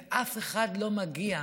ואף אחד לא מגיע.